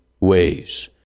ways